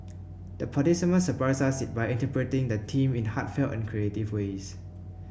the participants surprised us by interpreting the theme in heartfelt and creative ways